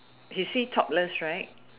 is he topless right